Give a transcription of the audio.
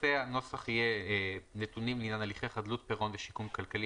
הנוסח יהיה "נתונים לעניין הליכי חדלות פירעון ושיקום כלכלי